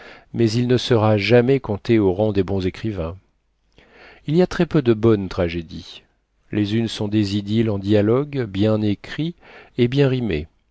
mais il ne sera jamais compté au rang des bons écrivains il y a très peu de bonnes tragédies les unes sont des idylles en dialogues bien écrits et bien rimés